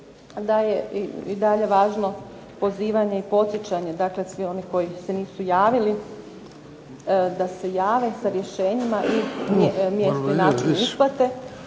da je i dalje važno pozivanje i podsjećanje, dakle svi oni koji se nisu javili da se jave sa rješenjima i mjesto i način isplate